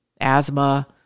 Asthma